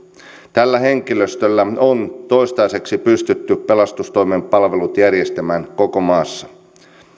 tällä henkilöstöllä on toistaiseksi pystytty pelastustoimen palvelut järjestämään koko maassa